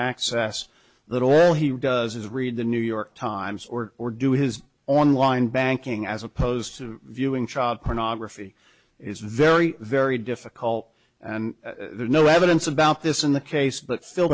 access that all he does is read the new york times or or do his online banking as opposed to viewing child pornography is very very difficult and there's no evidence about this in the case but still